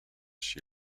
she